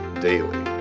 Daily